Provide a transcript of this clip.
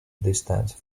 distance